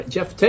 Jeff